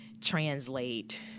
translate